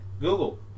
Google